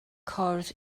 cwrdd